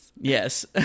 yes